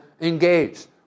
engaged